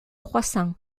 croissant